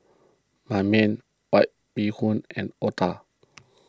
Ban Mian White Bee Hoon and Otah